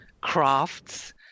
crafts